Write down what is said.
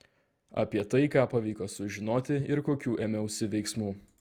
apie tai ką pavyko sužinoti ir kokių ėmiausi veiksmų